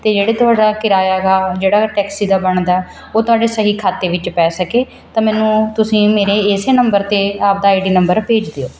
ਅਤੇ ਜਿਹੜਾ ਤੁਹਾਡਾ ਕਿਰਾਇਆ ਹੈਗਾ ਜਿਹੜਾ ਟੈਕਸੀ ਦਾ ਬਣਦਾ ਉਹ ਤੁਹਾਡੇ ਸਹੀ ਖਾਤੇ ਵਿੱਚ ਪੈ ਸਕੇ ਤਾਂ ਮੈਨੂੰ ਤੁਸੀਂ ਮੇਰੇ ਇਸ ਨੰਬਰ 'ਤੇ ਆਪਦਾ ਆਈ ਡੀ ਨੰਬਰ ਭੇਜ ਦਿਓ